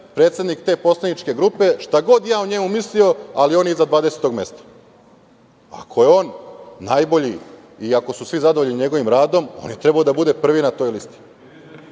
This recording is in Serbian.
predsednik te poslaničke grupe, šta god ja o njemu mislio, ali on je iza 20. mesta? Ako je on najbolji i ako su svi zadovoljni njegovim radom, on je trebao da bude prvi na toj listi. Umesto